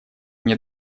мне